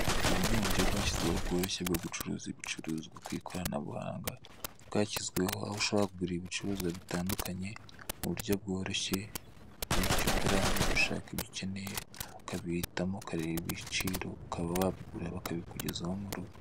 Ubu ni uburyo bwashyizweho bworoshe bwo gucuruza ibicuruzwa ku ikoranabuhanga, bwashyizweho aho ushobora kugurira ibicuruzwa bitandukanye mu buryo bworoshye wowe icyo ukora ni ugushaka ibyo ukeneye ukabihitamo ukareba ibiciro ukaba wabigura bakabikugezaho mu rugo.